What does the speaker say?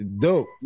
Dope